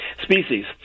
species